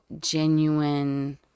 genuine